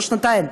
זה לא שנתיים,